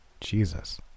Jesus